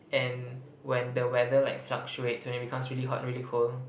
and when the weather like fluctuates when it becomes really hot really cold